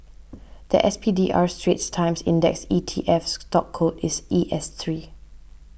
the S P D R Straits Times Index E T F stock code is E S three